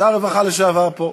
שר הרווחה לשעבר פה,